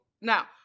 Now